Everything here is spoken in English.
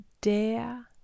dare